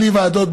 בלי ועדות,